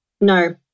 No